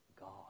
God